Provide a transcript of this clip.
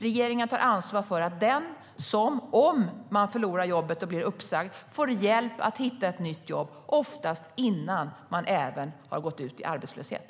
Regeringen tar ansvar för att den som förlorar jobbet och blir uppsagd - om det blir så - får hjälp att hitta ett nytt jobb, oftast även innan man har gått ut i arbetslöshet.